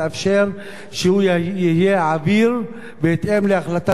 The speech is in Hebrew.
יהיה עביר בהתאם להחלטת בג"ץ בעניין.